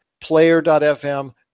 Player.fm